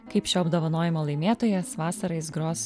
kaip šio apdovanojimo laimėtojas vasarą jis gros